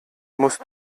musst